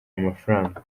amafaranga